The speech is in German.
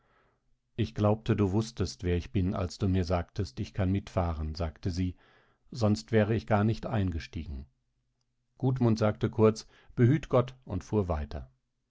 ich glaubte du wußtest wer ich bin als du mir sagtest ich kann mitfahren sprach sie sonst wäre ich gar nicht eingestiegen gudmund sagte kurz behüt gott und fuhr weiter